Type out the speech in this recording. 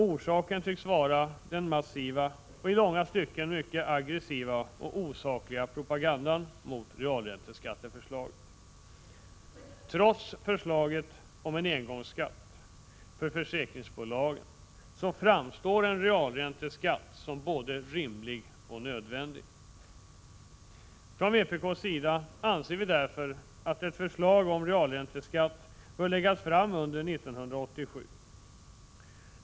Orsaken tycks vara den massiva och i långa stycken mycket aggressiva och osakliga propagandan mot realränteskatteförslaget. Trots förslaget om en engångsskatt för försäkringsbolagen framstår en realränteskatt som både rimlig och nödvändig. Från vpk:s sida anser vi därför att ett förslag om realränteskatt bör läggas fram under 1987.